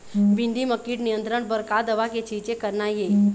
भिंडी म कीट नियंत्रण बर का दवा के छींचे करना ये?